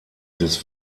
des